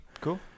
cool